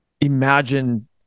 imagine